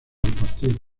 partido